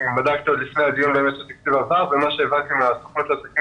בדקתי לפני הדיון אם אכן התקציב עבר והבנתי מהסוכנות לעסקים